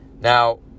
Now